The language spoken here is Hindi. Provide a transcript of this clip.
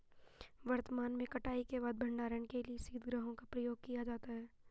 वर्तमान में कटाई के बाद भंडारण के लिए शीतगृहों का प्रयोग किया जाता है